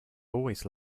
always